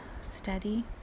steady